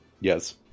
Yes